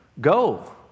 Go